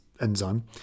enzyme